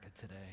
today